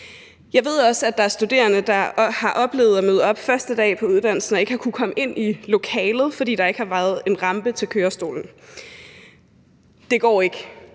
Jeg ved også, at der er studerende, der har oplevet at møde op første dag på uddannelsen og ikke har kunnet komme ind i lokalet, fordi der ikke har været en rampe til kørestole. Det går ikke.